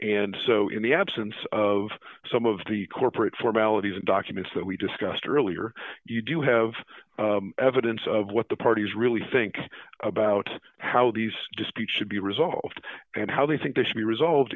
and so in the absence of some of the corporate formalities and documents that we discussed earlier you do have evidence of what the parties really think about how these disputes should be resolved and how they think they should be resolved